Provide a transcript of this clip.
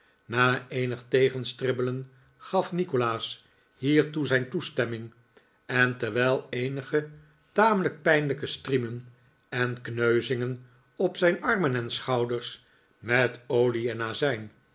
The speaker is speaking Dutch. na eenig tegenstribbelen gaf nikolaas hiertoe zijn toestemming en terwijl eenige tamelijk pijnlijke striemen en kneuzingen op zijn armen en schouders met olie en azijn